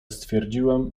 stwierdziłem